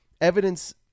Evidence –